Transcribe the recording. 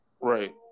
Right